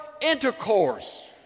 intercourse